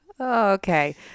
Okay